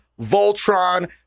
Voltron